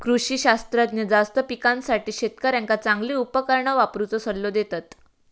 कृषी शास्त्रज्ञ जास्त पिकासाठी शेतकऱ्यांका चांगली उपकरणा वापरुचो सल्लो देतत